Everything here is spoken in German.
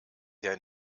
der